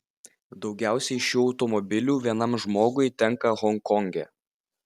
daugiausiai šių automobilių vienam žmogui tenka honkonge